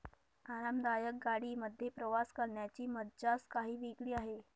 आरामदायक गाडी मध्ये प्रवास करण्याची मज्जाच काही वेगळी आहे